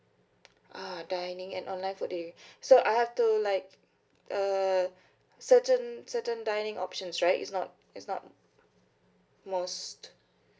ah dining and online food food deliv~ so I have to like uh certain certain dining options right it's not it's not most